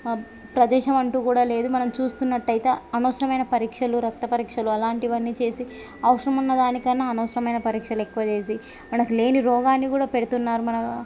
ప్రదేశం అంటూ కూడా లేదు మనం చూస్తున్నట్టయితే అనవసరమైన పరీక్షలు రక్త పరీక్షలు అలాంటివన్నీ చేసి అవసరమున్న దానికన్నా అనవసరమైన పరీక్షలు ఎక్కువ చేసి మనకు లేని రోగాన్ని కూడా పెడుతున్నారు మన